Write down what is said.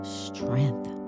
strength